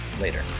later